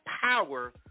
power